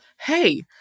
hey